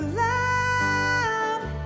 love